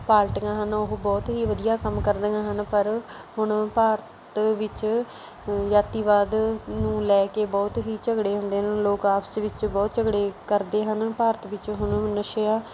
ਪਾਰਟੀਆਂ ਹਨ ਉਹ ਬਹੁਤ ਹੀ ਵਧੀਆ ਕੰਮ ਕਰਦੀਆਂ ਹਨ ਪਰ ਹੁਣ ਭਾਰਤ ਵਿੱਚ ਜਾਤੀਵਾਦ ਨੂੰ ਲੈ ਕੇ ਬਹੁਤ ਹੀ ਝਗੜੇ ਹੁੰਦੇ ਹਨ ਲੋਕ ਆਪਸ ਵਿੱਚ ਬਹੁਤ ਝਗੜੇ ਕਰਦੇ ਹਨ ਭਾਰਤ ਵਿੱਚ ਹੁਣ ਨਸ਼ਿਆਂ